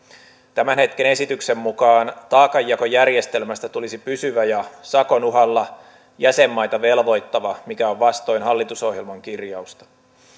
tämän hetken esityksen mukaan taakanjakojärjestelmästä tulisi pysyvä ja sakon uhalla jäsenmaita velvoittava mikä on vastoin hallitusohjelman kirjausta